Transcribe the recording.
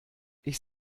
ich